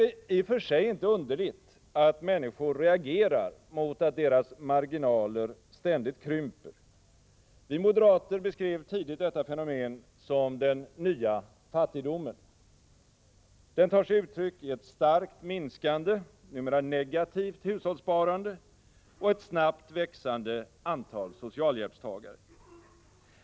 Det är i och för sig inte underligt att människor reagerar mot att deras marginaler krymper. Vi moderater beskrev tidigt detta fenomen som ”den nya fattigdomen”. Den tar sig uttryck i ett starkt minskande, numera negativt, hushållssparande och ett snabbt växande antal socialhjälpstagare.